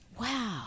Wow